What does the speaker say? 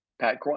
pat